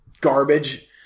garbage